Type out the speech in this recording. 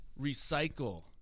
recycle